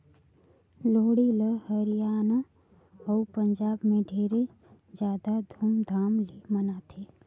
लोहड़ी ल हरियाना अउ पंजाब में ढेरे जादा धूमधाम ले मनाथें